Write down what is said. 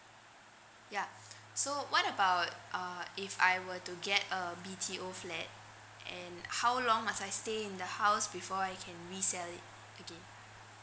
ya so what about uh if I were to get a B_T_O flat and how long must I stay in the house before I can resell it again